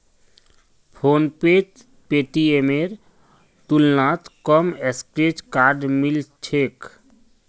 फोनपेत पेटीएमेर तुलनात कम स्क्रैच कार्ड मिल छेक